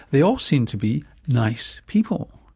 they all seem to be nice people.